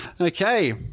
Okay